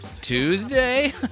Tuesday